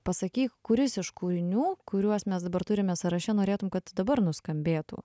pasakyk kuris iš kūrinių kuriuos mes dabar turime sąraše norėtum kad dabar nuskambėtų